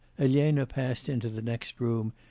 elena passed into the next room,